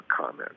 comment